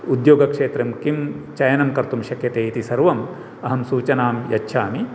उद्योगक्षेत्रं किं चयनं कर्तुं शक्यते इति सर्वम् अहं सूचनां यच्छामि